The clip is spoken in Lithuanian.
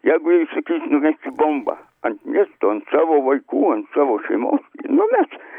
jeigu įsakys numesti bombą ant miesto ant savo vaikų ant savo šeimos ji numes